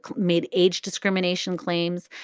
made age discrimination claims.